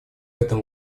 этом